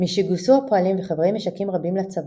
"משגויסו הפועלים וחברי משקים רבים לצבא,